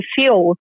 feel